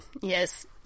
Yes